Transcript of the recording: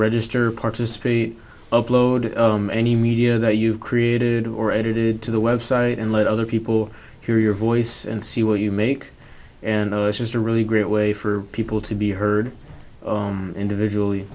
register participate upload any media that you've created or edited to the website and let other people hear your voice and see what you make and i was just a really great way for people to be heard individually